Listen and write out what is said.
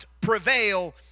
prevail